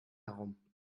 herum